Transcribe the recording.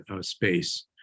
space